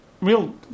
real